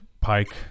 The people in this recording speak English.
pike